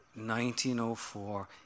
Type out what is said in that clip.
1904